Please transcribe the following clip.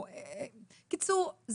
בקיצור,